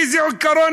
איזה עיקרון?